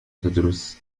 تدرس